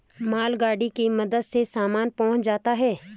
मालगाड़ी के मदद से सामान पहुंचाया जाता है